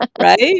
right